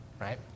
right